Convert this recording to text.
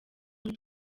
muli